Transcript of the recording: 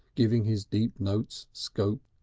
giving his deep notes scope.